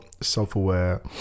self-aware